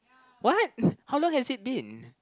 what how long has it been